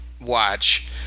watch